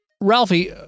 ralphie